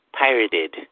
pirated